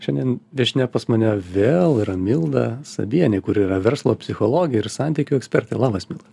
šiandien viešnia pas mane vėl yra milda sabienė kuri yra verslo psichologė ir santykių ekspertė labas milda